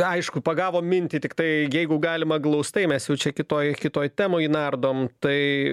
aišku pagavom mintį tiktai jeigu galima glaustai mes jau čia kitoj kitoj temoj nardom tai